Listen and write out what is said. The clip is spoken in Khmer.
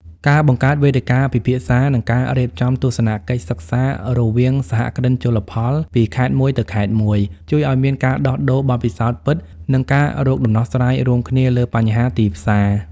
ការបង្កើតវេទិកាពិភាក្សា និងការរៀបចំទស្សនកិច្ចសិក្សារវាងសហគ្រិនជលផលពីខេត្តមួយទៅខេត្តមួយ ជួយឱ្យមានការដោះដូរបទពិសោធន៍ពិត និងការរកដំណោះស្រាយរួមគ្នាលើបញ្ហាទីផ្សារ។